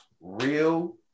real